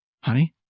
Honey